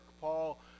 Paul